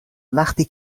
وقتی